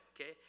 okay